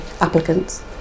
applicants